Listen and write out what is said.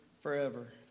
forever